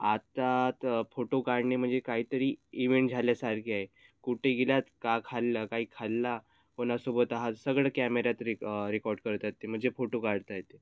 आता तर फोटो काढणे म्हणजे काहीतरी इव्हेंट झाल्यासारखे आहे कुठे गेलात का खाल्लं काही खाल्ला कोणासोबत हात सगळं कॅमेऱ्यात रे रेकॉर्ड करतात ते म्हणजे फोटो काढता येते